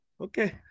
Okay